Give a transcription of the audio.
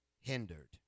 hindered